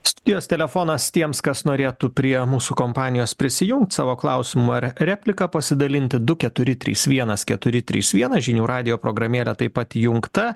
studijos telefonas tiems kas norėtų prie mūsų kompanijos prisijungti savo klausimu ar replika pasidalinti du keturi trys vienas keturi trys vienas žinių radijo programėlė taip pat įjungta